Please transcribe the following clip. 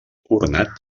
ornat